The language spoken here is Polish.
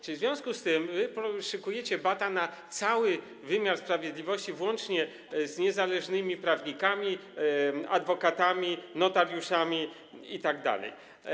Czy w związku z tym szykujecie bat na cały wymiar sprawiedliwości, włącznie z niezależnymi prawnikami, adwokatami, notariuszami itd.